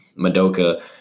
Madoka